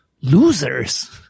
losers